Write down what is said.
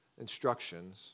instructions